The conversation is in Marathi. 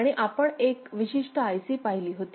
आणि आपण एक विशिष्ट आयसी पाहिली होती